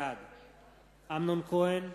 בעד אמנון כהן,